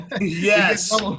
Yes